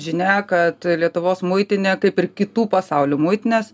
žinia kad lietuvos muitinė kaip ir kitų pasaulių muitinės